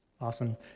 Awesome